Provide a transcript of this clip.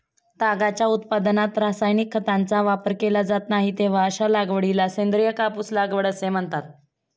तागाच्या उत्पादनात रासायनिक खतांचा वापर केला जात नाही, तेव्हा अशा लागवडीला सेंद्रिय कापूस लागवड असे म्हणतात